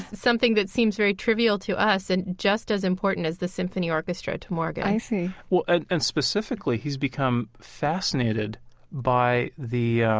something that seems very trivial to us and just as important as the symphony orchestra to morgan i see and and specifically, he's become fascinated by the, yeah